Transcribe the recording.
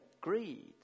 greed